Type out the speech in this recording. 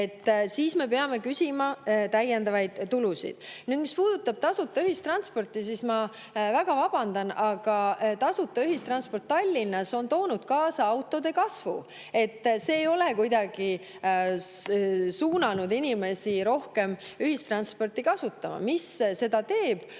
Siis me peame küsima täiendavaid tulusid. Nüüd, mis puudutab tasuta ühistransporti, siis ma väga vabandan, aga tasuta ühistransport Tallinnas on toonud kaasa autode [arvu] kasvu. See ei ole kuidagi suunanud inimesi rohkem ühistransporti kasutama. Mis seda teeb,